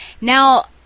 now